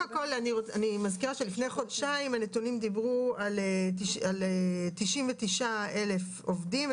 בסך הכל אני מזכירה שלפני חודשיים הנתונים דיברו על 99,000 עובדים,